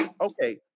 Okay